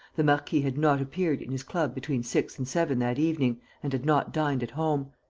the marquis had not appeared in his club between six and seven that evening and had not dined at home.